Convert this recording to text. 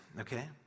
Okay